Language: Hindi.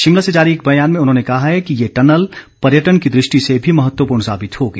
शिमला से जारी एक बयान में उन्होंने कहा है कि ये टनल पर्यटन की दृष्टि से भी महत्वपूर्ण साबित होगी